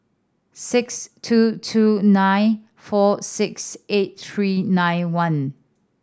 six two two nine four six eight three nine one